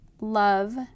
love